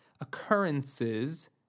occurrences